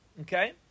Okay